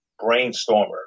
brainstormer